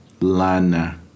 Lana